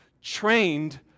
Trained